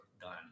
done